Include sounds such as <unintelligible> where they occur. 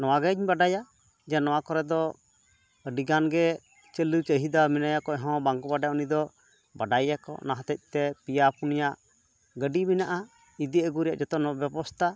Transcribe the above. ᱱᱚᱣᱟᱜᱮᱧ ᱵᱟᱰᱟᱭᱟ ᱡᱮ ᱱᱚᱣᱟ ᱠᱚᱨᱮ ᱫᱚ ᱟᱹᱰᱤᱜᱟᱱ ᱜᱮ <unintelligible> ᱪᱟᱹᱦᱤᱫᱟ ᱢᱮᱱᱟᱜᱼᱟ ᱚᱠᱚᱭᱦᱚᱸ ᱵᱟᱝᱠᱚ ᱵᱟᱰᱟᱭᱟ ᱩᱱᱤᱫᱚ ᱵᱟᱰᱟᱭᱮᱭᱟ ᱠᱚ ᱚᱱᱟ ᱦᱚᱛᱮᱡᱛᱮ ᱯᱮᱭᱟ ᱯᱩᱱᱭᱟ ᱜᱟᱹᱰᱤ ᱢᱮᱱᱟᱜᱼᱟ ᱤᱫᱤᱼᱟᱹᱜᱩ ᱨᱮᱱᱟᱜ ᱡᱚᱛᱚ <unintelligible> ᱵᱮᱵᱚᱥᱛᱟ